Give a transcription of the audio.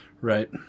Right